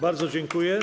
Bardzo dziękuję.